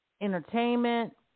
entertainment